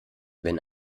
wenn